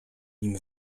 nim